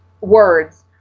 words